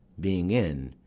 being in,